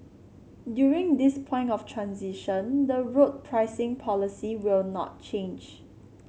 during this point of transition the road pricing policy will not change